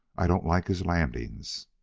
i don't like his landings.